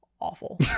awful